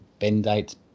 bendite